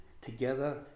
together